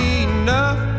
enough